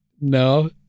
No